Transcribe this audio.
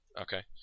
okay